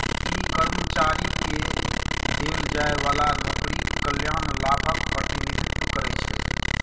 ई कर्मचारी कें देल जाइ बला नौकरीक कल्याण लाभक प्रतिनिधित्व करै छै